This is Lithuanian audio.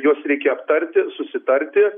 juos reikia aptarti susitarti